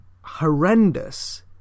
horrendous